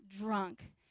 drunk